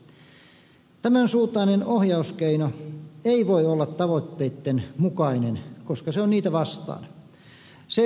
tämän suuntainen ohjauskeino ei voi olla tavoitteitten mukainen koska se on niitä vastaan